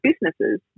businesses